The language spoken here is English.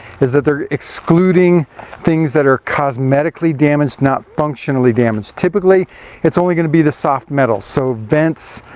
is that they're excluding things that are cosmetically damaged not functionally damaged. typically it's only going to be the soft metals, so vents,